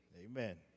amen